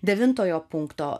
devintojo punkto